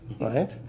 right